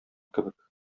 кебек